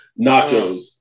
Nachos